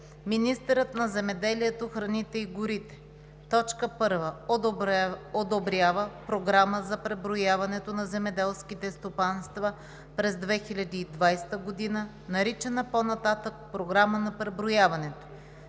Министърът на земеделието, храните и горите: 1. одобрява Програма на преброяването на земеделските стопанства през 2020 г., наричана по-нататък „Програма на преброяването“;